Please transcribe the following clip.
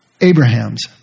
Abraham's